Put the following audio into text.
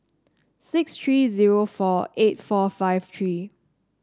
six three zero four eight four five three